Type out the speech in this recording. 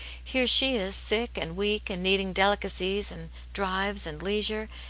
here she is sick and weak, and needing delicacies, and drives, and leisure,